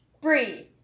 breathe